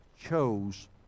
chose